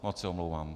Moc se omlouvám.